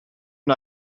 and